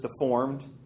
deformed